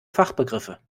fachbegriffe